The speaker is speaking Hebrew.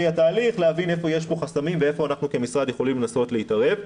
התהליך להבין איפה יש פה חסמים ואיפה אנחנו כמשרד יכולים לנסות להתערב.